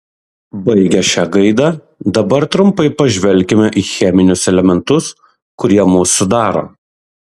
baigę šia gaida dabar trumpai pažvelkime į cheminius elementus kurie mus sudaro